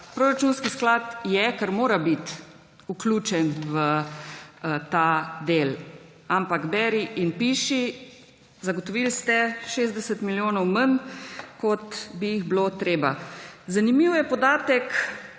Proračunski sklad je, ker mora biti, vključen v ta del. Ampak beri in piši, zagotovili ste 60 milijonov manj, kot bi jih bilo treba. Zanimiv je podatek,